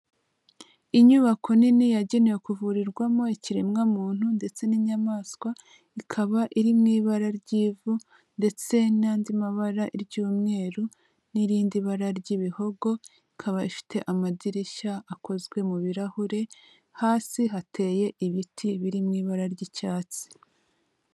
Inyubako nini yagenewe kuvurirwamo ikiremwa muntu ndetse n'inyamaswa ikaba iri mu ibara ry'ivu ndetse n'andi mabara iry'umweru n'irindi bara ry'ibihogo, ikaba ifite amadirishya akozwe mu birahure, hasi hateye ibiti biri mu ibara ry'icyatsi.